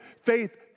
faith